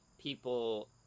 people